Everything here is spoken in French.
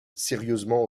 sérieusement